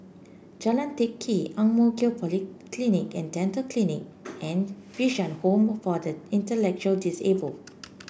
Jalan Teck Kee Ang Mo Kio Polyclinic And Dental Clinic and Bishan Home for the Intellectually Disabled